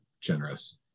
generous